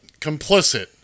complicit